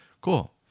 Cool